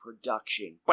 production